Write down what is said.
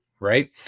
Right